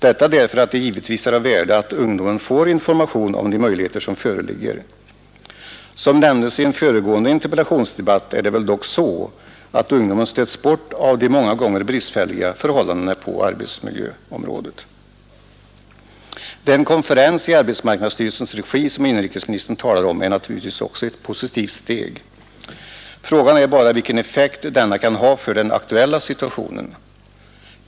Det är givetvis av värde att ungdomen får information om de möjligheter som föreligger. Men att motverka arbetslösheten bland ungdom att motverka arbetslösheten bland ungdom som nämndes i en föregående interpellationsdebatt stöts ungdomen många gånger bort av bristfälliga förhållanden på arbetsmiljöområdet. Den konferens i arbetsmarknadsstyrelsens regi som inrikesministern talade om är naturligtvis också ett positivt steg. Frågan är bara vilken effekt denna kan ha för den aktuella situationen.